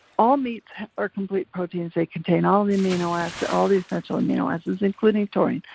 all meats are complete proteins, they contain all the amino acids, all the essential amino acids including taurine,